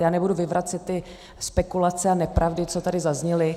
Já nebudu vyvracet ty spekulace a nepravdy, co tady zazněly.